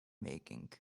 making